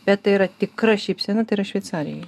bet tai yra tikra šypsena tai yra šveicarijoj